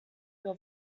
your